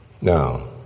Now